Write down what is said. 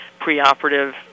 preoperative